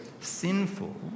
sinful